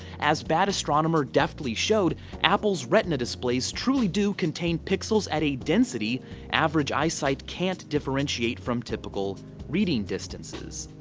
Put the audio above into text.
as bad astronomer deftly showed, apple's retina displays truly do contain pixels at a density average eyesight can't differentiate from typical reading distances.